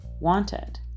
wanted